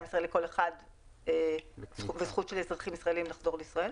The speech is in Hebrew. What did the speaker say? מישראל לכל אחד וזכות של אזרחים ישראלים לחזור לישראל